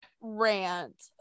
rant